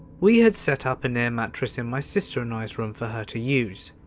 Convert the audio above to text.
we had set up an air mattress in my sister and i's room for her to use.